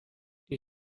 die